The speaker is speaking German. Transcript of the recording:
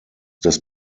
des